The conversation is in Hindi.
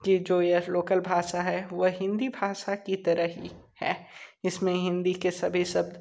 के जो यह लोकल भाषा है वह हिंदी भाषा की तरह ही है इसमें हिंदी के सभी शब्द